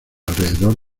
alrededor